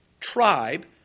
tribe